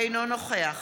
אינו נוכח